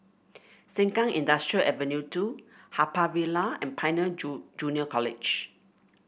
Sengkang Industrial Ave two Haw Par Villa and Pioneer Junior College